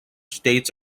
states